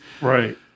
right